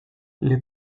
les